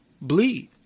bleed